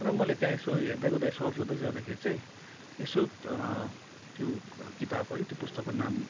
र मैले त्यहाँ यसो हेर्दैगर्दा सर्च गर्दै जाँदाखेरि चाहिँ यसो त्यो किताब है त्यो पुस्तकको नाम